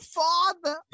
father